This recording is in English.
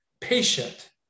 patient